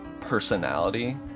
personality